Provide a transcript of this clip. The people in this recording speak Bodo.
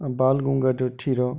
बाल गंगादर तिलक